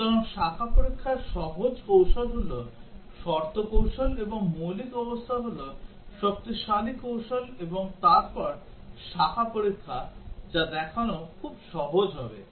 সুতরাং শাখা পরীক্ষার সহজ কৌশল হল শর্ত কৌশল এবং মৌলিক অবস্থা হল শক্তিশালী কৌশল তারপর শাখা পরীক্ষা যা দেখানো খুব সহজ হবে